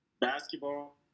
basketball